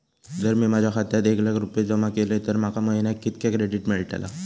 जर मी माझ्या खात्यात एक लाख रुपये जमा केलय तर माका महिन्याक कितक्या क्रेडिट मेलतला?